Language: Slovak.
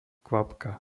kvapka